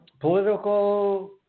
political